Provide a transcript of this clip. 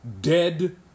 dead